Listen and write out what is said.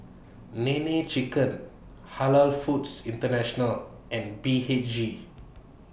Nene Chicken Halal Foods International and B H G